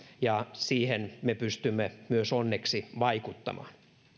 ja siihen me pystymme myös onneksi vaikuttamaan